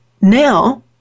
now